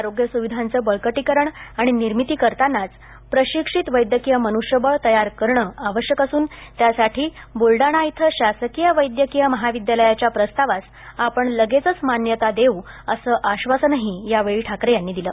आरोग्य सुविधांचं बळकटीकरण आणि निर्मिती करतांनाच प्रशिक्षीत वैद्यकीय मनुष्यबळ तयार करणं आवश्यक असून त्यासाठी बुलडाणा इथे शासकीय वैद्यकीय महाविद्यालयाच्या प्रस्तावास आपण लगेचच मान्यता देऊ असं आश्वासनाची यावेळी ठाकरे यांनी दिलं